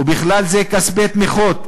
ובכלל זה כספי תמיכות,